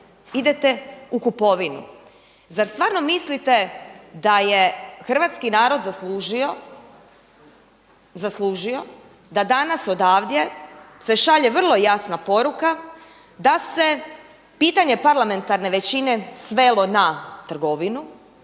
idete u kupovinu. Zar stvarno mislite da je hrvatski narod zaslužio da danas odavde se šalje vrlo jasna poruka da se pitanje parlamentarne većine svelo na trgovinu.